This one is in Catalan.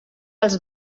els